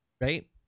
right